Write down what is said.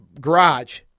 garage